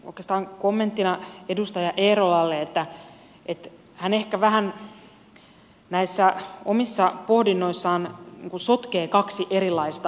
oikeastaan kommenttina edustaja eerolalle että hän ehkä vähän näissä omissa pohdinnoissaan sotkee kaksi erilaista asiaa